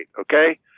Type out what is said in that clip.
okay